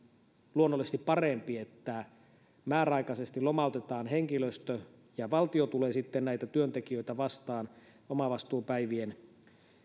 luonnollisesti parempi että määräaikaisesti lomautetaan henkilöstö ja valtio sitten tulee näitä työntekijöitä vastaan omavastuupäivien